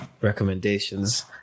recommendations